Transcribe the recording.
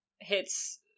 hits